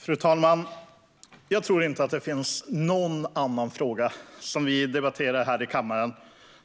Fru talman! Jag tror inte det finns någon annan fråga som vi debatterar här i kammaren